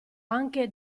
anche